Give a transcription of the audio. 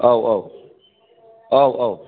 औ औ औ औ